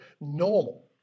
normal